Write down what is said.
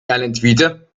erlentwiete